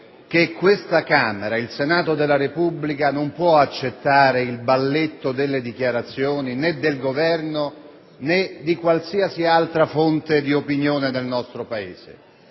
che questa Camera, il Senato della Repubblica, non può accettare il balletto delle dichiarazioni del Governo e di qualsiasi altra fonte di opinione del nostro Paese.